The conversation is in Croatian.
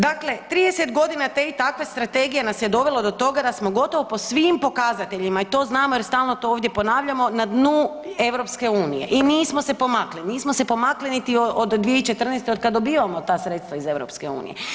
Dakle, 30 godina te i takve strategije nas je dovelo do toga da smo gotovo po svim pokazateljima i to znamo jer stalno to ovdje ponavljamo na dnu EU i nismo se pomakli, nismo se pomakli niti od 2014. od kad dobivamo ta sredstva iz EU.